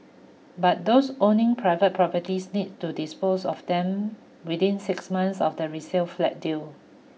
but those owning private properties need to dispose of them within six months of the resale flat deal